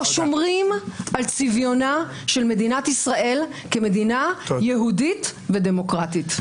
או שומרים על צביונה של מדינת ישראל כמדינה יהודית ודמוקרטית.